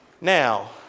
Now